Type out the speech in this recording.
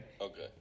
Okay